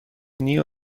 new